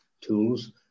tools